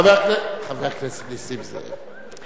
חבר הכנסת נסים זאב.